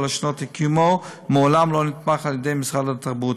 שנות קיומו ומעולם לא נתמך על-ידי משרד התרבות.